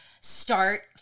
start